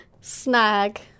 snag